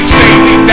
safety